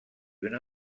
una